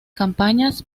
campañas